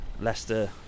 Leicester